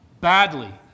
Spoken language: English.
badly